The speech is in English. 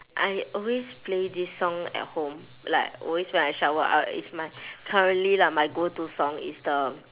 I always play this song at home like always when I shower I w~ it's my like currently lah my go to song it's the